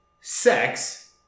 sex